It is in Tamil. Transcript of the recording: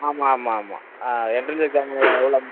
ஆமாம் ஆமாம் ஆமாம் எண்ட்ரன்ஸ் எக்ஸாமு எவ்வளோ